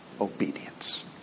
obedience